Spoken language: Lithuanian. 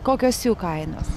kokios jų kainos